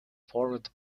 formed